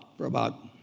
for about